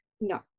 No